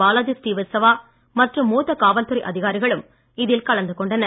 பாலாஜி ஸ்ரீவத்சவா மற்றும் மூத்த காவல்துறை அதிகாரிகளும் இதில் கலந்து கொண்டனர்